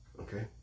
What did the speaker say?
Okay